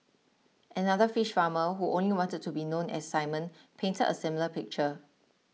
another fish farmer who only wanted to be known as Simon painted a similar picture